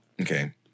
Okay